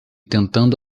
tentando